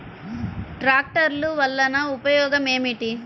ట్రాక్టర్లు వల్లన ఉపయోగం ఏమిటీ?